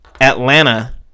Atlanta